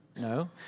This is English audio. No